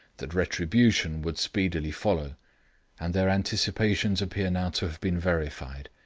that retribution would speedily follow and their anticipations appear now to have been verified.